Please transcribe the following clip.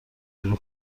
شروع